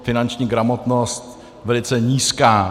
Finanční gramotnost velice nízká.